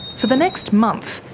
for the next month,